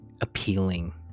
appealing